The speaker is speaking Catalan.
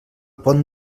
pont